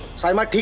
saima